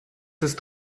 ist